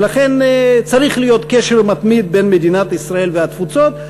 ולכן צריך להיות קשר מתמיד בין מדינת ישראל לתפוצות.